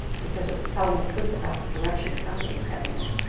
because it was telling a truth about the direction the country was heading in,